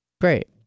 Great